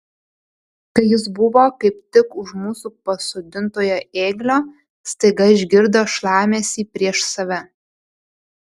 kai jis buvo kaip tik už mūsų pasodintojo ėglio staiga išgirdo šlamesį prieš save